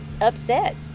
upset